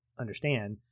understand